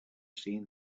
seen